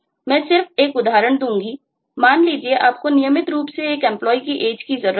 मैं सिर्फ एक उदाहरण दूंगा मान लीजिए कि आपको नियमित रूप से एक Employee की Age की जरूरत है